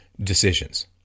decisions